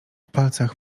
palcach